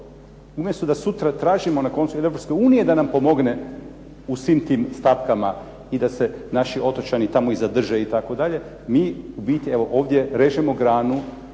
umjesto da sutra tražimo na koncu od Europske unije da nam pomogne u svim tim stavkama i da se naši otočani tamo i zadrže itd., mi u biti evo ovdje režemo granu